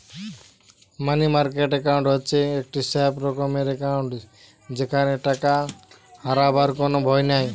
মানি market account হচ্ছে একটি safe রকমের একাউন্ট যেখানে টাকা হারাবার কোনো ভয় নাই